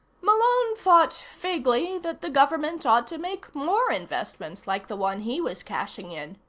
malone thought vaguely that the government ought to make more investments like the one he was cashing in.